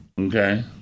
okay